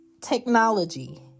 technology